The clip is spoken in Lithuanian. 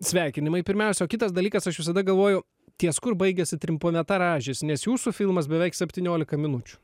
sveikinimai pirmiausia o kitas dalykas aš visada galvoju ties kur baigiasi trumpametražis nes jūsų filmas beveik septyniolika minučių